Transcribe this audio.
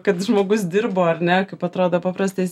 kad žmogus dirbo ar ne kaip atrodo paprastas